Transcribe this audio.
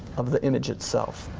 of the image itself.